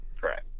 Correct